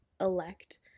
elect